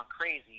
crazy